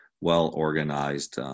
well-organized